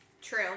True